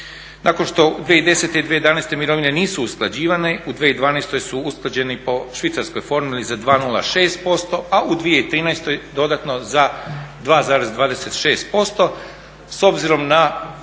Nakon što 2010. i 2011. mirovine nisu usklađivane u 2012. su usklađeni po švicarskoj formuli za 206%, a u 2013. dodatno za 2,26%. S obzirom na